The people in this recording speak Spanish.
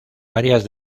varias